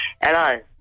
Hello